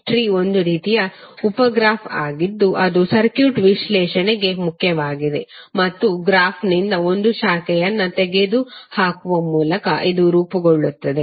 tree ಒಂದು ರೀತಿಯ ಉಪ ಗ್ರಾಫ್ ಆಗಿದ್ದು ಅದು ಸರ್ಕ್ಯೂಟ್ ವಿಶ್ಲೇಷಣೆಗೆ ಮುಖ್ಯವಾಗಿದೆ ಮತ್ತು ಗ್ರಾಫ್ನಿಂದ ಒಂದು ಶಾಖೆಯನ್ನು ತೆಗೆದುಹಾಕುವ ಮೂಲಕ ಇದು ರೂಪಗೊಳ್ಳುತ್ತದೆ